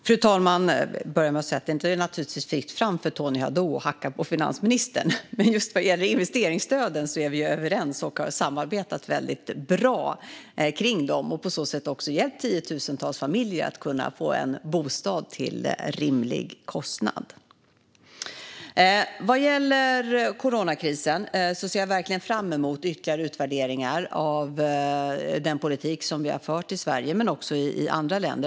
Fru talman! Jag vill börja med att säga att det naturligtvis är fritt fram för Tony Haddou att hacka på finansministern. Men just vad gäller investeringsstöden är vi överens och har samarbetat väldigt bra och på så sätt också gett tiotusentals familjer möjlighet att få en bostad till rimlig kostnad. Vad gäller coronakrisen ser jag verkligen fram emot ytterligare utvärderingar av den politik vi har fört i Sverige men också den som har förts i andra länder.